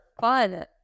fun